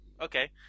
Okay